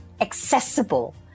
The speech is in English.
accessible